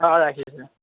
অ ৰাখিছোঁ